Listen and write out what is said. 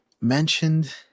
mentioned